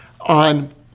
on